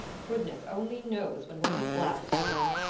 goodness only knows when we'll get glass for them,